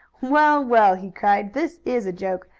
well, well! he cried. this is a joke!